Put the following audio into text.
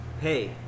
Hey